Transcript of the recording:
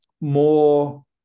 more